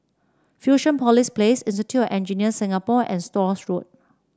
Fusionopolis Place Institute Engineers Singapore and Stores Road